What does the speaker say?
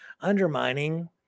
undermining